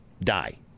die